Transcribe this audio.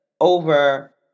over